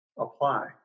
apply